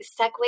segue